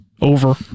Over